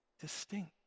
distinct